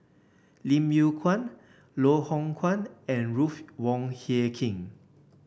Lim Yew Kuan Loh Hoong Kwan and Ruth Wong Hie King